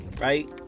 right